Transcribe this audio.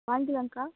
வாங்கிக்கிலாங்கக்கா